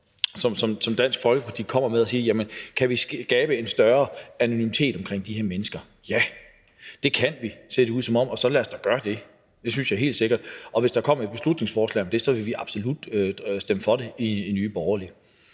som Dansk Folkeparti kommer med, nemlig at spørge, om vi kan skabe en større anonymitet omkring de her mennesker. Ja, det kan vi, ser det ud som om, og så lad os da gøre det. Det synes jeg helt sikkert. Og hvis der kom et beslutningsforslag om det, ville vi absolut stemme for det i Nye Borgerlige.